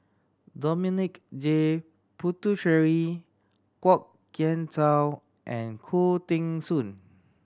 Dominic J Puthucheary Kwok Kian Chow and Khoo Teng Soon